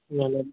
न न